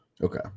Okay